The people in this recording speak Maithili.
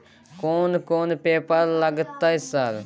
कोन कौन पेपर लगतै सर?